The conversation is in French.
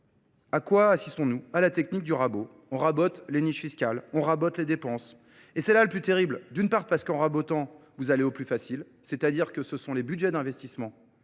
À quoi assistons-nous ? À la technique du rabot. On rabote les niches fiscales, on rabote les dépenses. Et c'est là le plus terrible. D'une part parce qu'en rabotant, vous allez au plus facile. C'est-à-dire que ce sont les budgets d'investissement